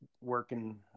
working